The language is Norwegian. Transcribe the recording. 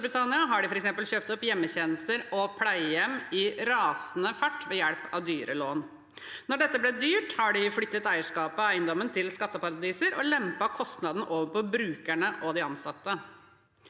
og Storbritannia har de f.eks. kjøpt opp hjemmetjenester og pleiehjem i rasende fart ved hjelp av dyre lån. Når dette har blitt dyrt, har de flyttet eierskapet av eiendommen til skatteparadiser og lempet kostnaden over på brukerne og de ansatte.